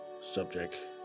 subject